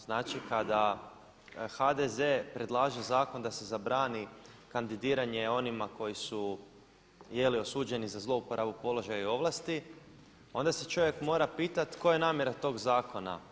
Znači kada HDZ predlaže zakon da se zabrani kandidiranje onima koji su je li' osuđeni za zlouporabu položaja i ovlasti onda se čovjek mora pitati koja je namjera tog zakona.